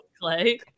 Clay